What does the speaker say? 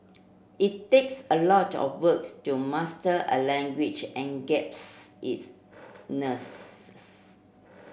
it takes a lot of works to master a language and its